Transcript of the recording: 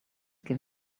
give